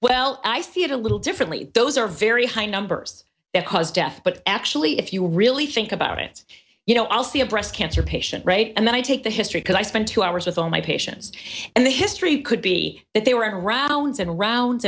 well i see it a little differently those are very high numbers that cause death but actually if you really thing about it you know i'll see a breast cancer patient right and then i take the history because i spent two hours with all my patients and the history could be that they were around seven rounds and round